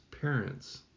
parents